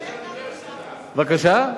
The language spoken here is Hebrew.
וגם, בבקשה?